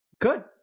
Good